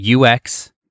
UX